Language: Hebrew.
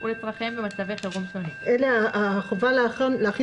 ולצרכיהם במצבי חירום שונים." החובה להכין